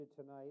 tonight